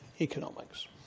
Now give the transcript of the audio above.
economics